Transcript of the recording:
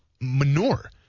manure